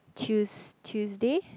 tues~ Tuesday